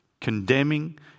condemning